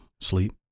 Sleep